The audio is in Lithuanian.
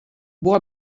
buvo